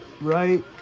Right